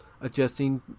adjusting